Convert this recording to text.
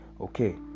okay